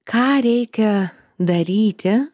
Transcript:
ką reikia daryti